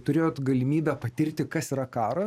turėjot galimybę patirti kas yra karas